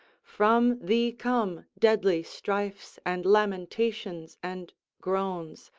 from thee come deadly strifes and lamentations and groans,